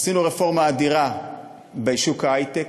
עשינו רפורמה אדירה בשוק ההיי-טק.